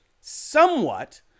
somewhat